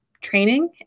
training